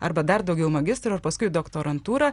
arba dar daugiau magistro ir paskui doktorantūrą